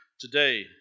today